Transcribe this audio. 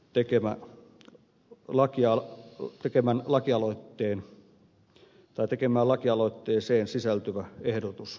tekemällä laki ja muut tekemä eero heinäluoman tekemään lakialoitteeseen sisältyvä ehdotus laiksi